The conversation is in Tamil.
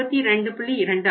2 ஆகும்